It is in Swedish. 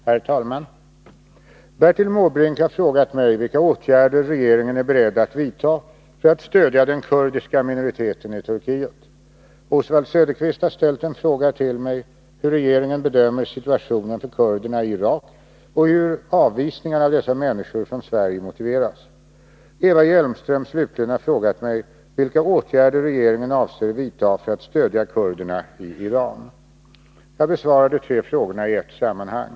Herr talman! Bertil Måbrink har frågat mig vilka åtgärder regeringen är beredd att vidta för att stödja den kurdiska minoriteten i Turkiet. Oswald Söderqvist har ställt en fråga till mig hur regeringen bedömer situationen för kurderna i Irak och hur avvisningarna av dessa människor från Sverige motiveras. Eva Hjelmström, slutligen, har frågat mig vilka åtgärder regeringen avser vidta för att stödja kurderna i Iran. Nr 116 Jag besvarar de tre frågorna i ett sammanhang.